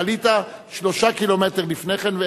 ועלית 3 קילומטר לפני כן,